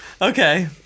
okay